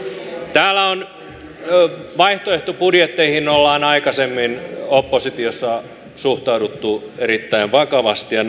täällä vaihtoehtobudjetteihin ollaan aikaisemmin oppositiossa suhtauduttu erittäin vakavasti ja